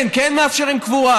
כן, כן מאפשרים קבורה.